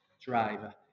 driver